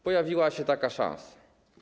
Pojawiła się taka szansa.